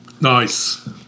Nice